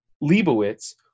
Leibowitz